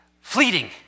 fleeting